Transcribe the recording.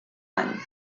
any